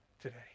today